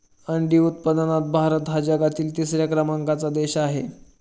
अंडी उत्पादनात भारत हा जगातील तिसऱ्या क्रमांकाचा देश आहे